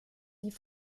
die